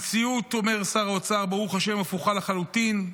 המציאות, אומר שר האוצר, ברוך השם הפוכה לחלוטין.